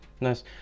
nice